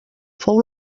fou